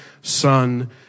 Son